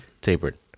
Tapered